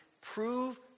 prove